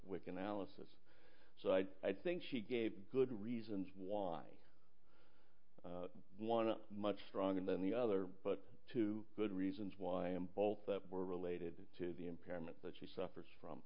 wik analysis so i think she gave good reasons why one a much stronger than the other but two good reasons why i am bolt that were related to the impairment that she suffers from